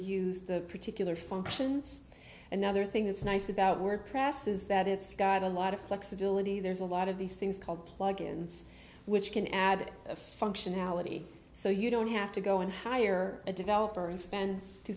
use the particular functions another thing that's nice about wordpress is that it's got a lot of flexibility there's a lot of these things called plugins which can add functionality so you don't have to go and hire a developer and spend two